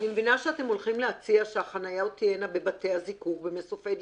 שאתם הולכים להציע שהחניה תהיה בבתי הזיקוק ובמסופי דלקים.